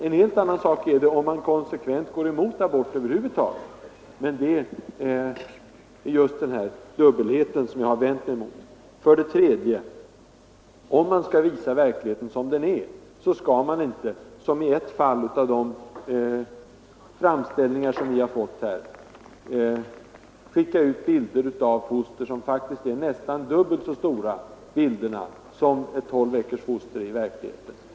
En annan sak vore det om man konsekvent gick emot aborter över huvud taget. Det är denna dubbelhet jag vänt mig mot. 3. Om man skall visa verkligheten som den är, så skall man inte, såsom skett i ett fall av de framställningar vi fått, skicka ut bilder som visar ett tolvveckors foster nästan dubbelt så stort som det är i verkligheten.